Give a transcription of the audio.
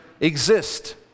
exist